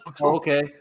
Okay